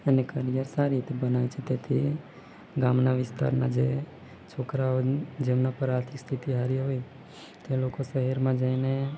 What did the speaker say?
અને કરિયર સારી રીતે બનાવે છે તેથી ગામના વિસ્તારના જે છોકરાઓ જેમના પર આર્થિક સ્થિતિ સારી હોય તે લોકો શહેરમાં જઈને